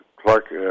Clark